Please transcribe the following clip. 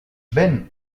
ven